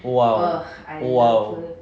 !wow! !wow!